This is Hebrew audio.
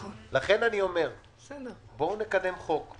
לכן אני אומר, בואו נקדם חוק.